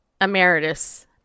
Emeritus